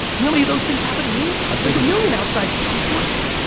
you know any of those things happen to me? there's a million outside so forces,